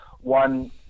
one